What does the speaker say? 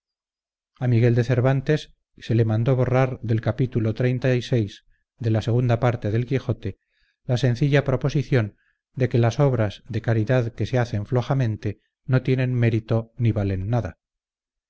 a miguel de cervantes se le mandó borrar del capítulo xxxvi de la segunda parte del quijote la sencilla proposición de que las las obras de caridad que se hacen flojamente no tienen mérito ni vales nada